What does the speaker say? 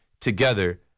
together